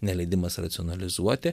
neleidimas racionalizuoti